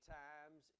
times